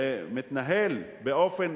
ומתנהל באופן